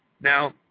Now